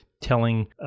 telling